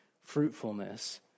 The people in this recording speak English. fruitfulness